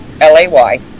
L-A-Y